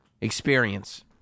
experience